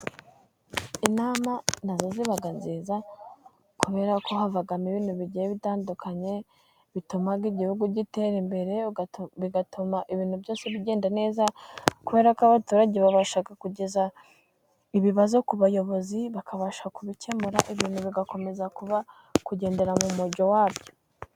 Inama na zo ziba nziza kubera ko havamo ibintu bigiye bitandukanye bituma igihugu gitera imbere, bigatuma ibintu byose bigenda neza kubera ko abaturage babasha kugeza ibibazo ku bayobozi bakabasha kubikemura, ibintu bigakomeza kuba, kugendera mu mujyo wa byo.